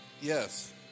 Yes